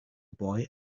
boy